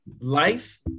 life